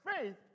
faith